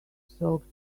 soaked